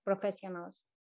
professionals